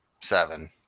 seven